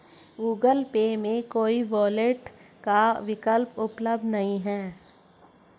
Google Pay में कोई wallet का विकल्प उपलब्ध नहीं है